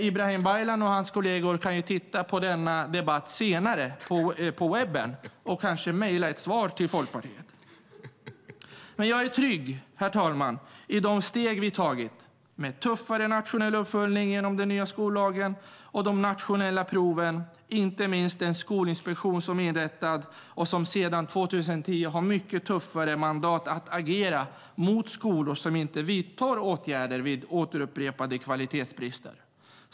Ibrahim Baylan och hans kolleger kan titta på denna debatt senare på webben och kanske mejla ett svar till Folkpartiet. Men jag är trygg, herr talman, i de steg vi tagit med tuffare nationell uppföljning genom den nya skollagen och de nationella proven. Det handlar inte minst om den skolinspektion som är inrättad och som sedan 2010 har mycket tuffare mandat att agera mot skolor som inte vidtar åtgärder vid upprepade kvalitetsbrister.